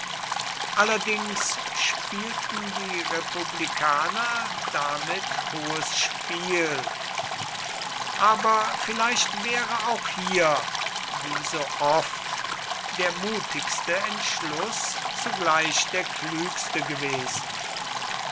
allerdings spielten die republikaner damit hohes spiel aber vielleicht wäre auch hier wie so oft der mutigste entschluß zugleich der klügste gewesen